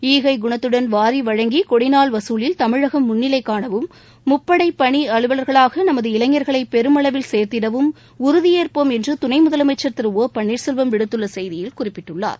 ஈகை குணத்துடன் வாரி வழங்கி கொடிநாள் வசூலில் தமிழகம் முன்னிலை காணவும் முப்படைப் பணி அலுவல்களாக நமது இளைஞர்களை பெருமளவில் சேர்த்திடவும் உறுதியேற்போம் என்று துணை முதலமைச்சா் திரு ஓ பன்னீாசெல்வம் விடுத்துள்ள செய்தியில் குறிப்பிட்டுள்ளார்